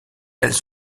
elles